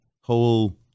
whole